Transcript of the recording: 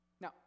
Now